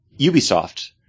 Ubisoft